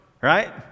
right